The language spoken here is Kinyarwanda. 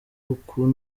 uku